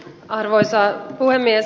arvoisa puhemies